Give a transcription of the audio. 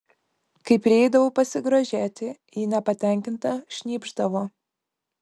kai prieidavau pasigrožėti ji nepatenkinta šnypšdavo